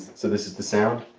so this is the sound?